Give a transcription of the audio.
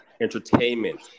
entertainment